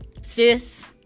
sis